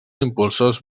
impulsors